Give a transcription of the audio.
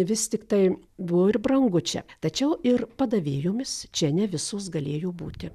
vis tiktai buvo ir brangu čia tačiau ir padavėjomis čia ne visos galėjo būti